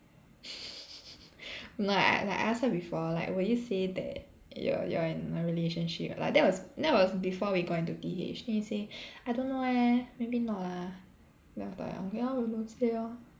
no I like I ask her before like will you say that you're you're in a relationship like that was that was before we got into T_H then she say I don't know eh maybe not lah ya after then I'm like ok lor you don't say orh